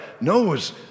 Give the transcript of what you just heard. knows